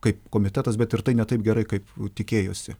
kaip komitetas bet ir tai ne taip gerai kaip tikėjosi